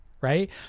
right